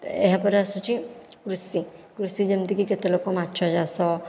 ଏହାପରେ ଆସୁଛି କୃଷି କୃଷି ଯେମିତିକି କେତେ ଲୋକ ମାଛ ଚାଷ